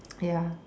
ya